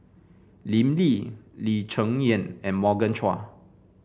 Lim Lee Lee Cheng Yan and Morgan Chua